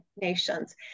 nations